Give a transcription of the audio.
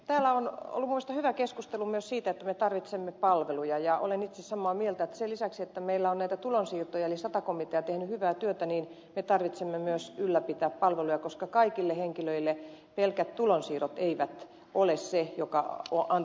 täällä on ollut minusta hyvä keskustelu myös siitä että tarvitsemme palveluja ja olen itse samaa mieltä että sen lisäksi että meillä on tulonsiirtoja eli sata komitea tehnyt hyvää työtä meidän tarvitsee myös ylläpitää palveluja koska kaikille henkilöille pelkät tulonsiirrot eivät ole se joka antaa sen avun